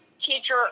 teacher